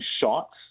shots